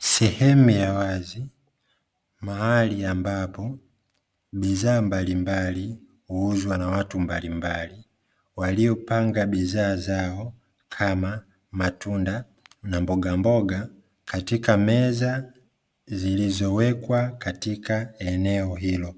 Sehemu ya wazi mahali ambapo bidhaa mbalimbali huuzwa, na watu mbalimbali waliopanga bidhaa zao kama matunda na mbogamboga katika meza zilizowekwa katika eneo hilo